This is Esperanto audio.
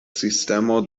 sistemo